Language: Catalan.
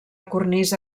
cornisa